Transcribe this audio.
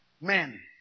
men